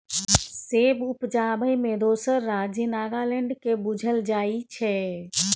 सेब उपजाबै मे दोसर राज्य नागालैंड केँ बुझल जाइ छै